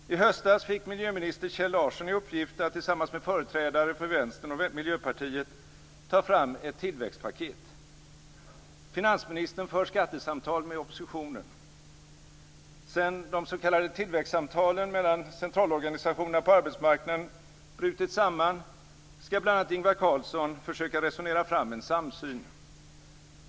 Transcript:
I höstas fick miljöminister Kjell Larsson i uppgift att tillsammans med företrädare för Vänstern och Miljöpartiet ta fram ett tillväxtpaket. Sedan de s.k. tillväxtsamtalen mellan centralorganisationerna på arbetsmarknaden brutit samman skall bl.a. Ingvar Carlsson försöka resonera fram en samsyn.